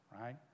right